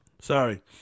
sorry